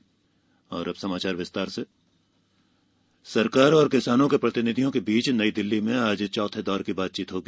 केन्द्र किसान वार्ता सरकार और किसानों के प्रतिनिधियों के बीच नई दिल्ली में आज चौथे दौर की बातचीत होगी